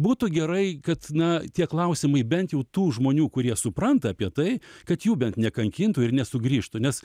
būtų gerai kad na tie klausimai bent jau tų žmonių kurie supranta apie tai kad jų bent nekankintų ir nesugrįžtų nes